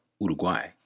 Uruguay